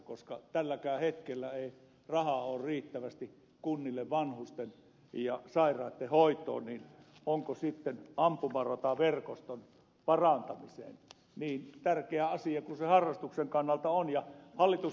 koska tälläkään hetkellä ei rahaa ole riittävästi kunnille vanhusten ja sairaitten hoitoon niin onko sitten ampumarataverkoston parantamiseen niin tärkeä asia kuin se harrastuksen kannalta onkin